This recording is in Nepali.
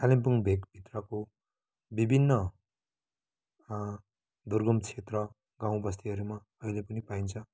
कालिम्पोङ भेकभित्र को विभिन्न दुर्गम क्षेत्र गाउँ बस्तीहरूमा अहिले पनि पाइन्छ